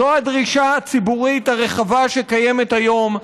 זו הדרישה הציבורית הרחבה שקיימת היום.